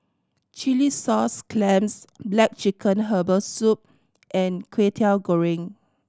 chilli sauce clams black chicken herbal soup and Kway Teow Goreng